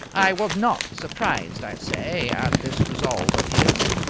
i was not surprised, i say, at this resolve of his.